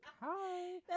Hi